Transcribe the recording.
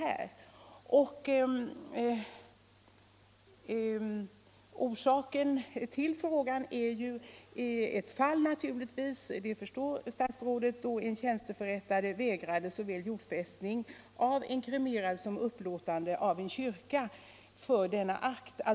Statsrådet förstår säkert att bakgrunden till frågan är ett speciellt fall, då en tjänsteförrättare vägrade såväl jordfästning av en kremerad som upplåtande av församlingens kyrka för denna akt.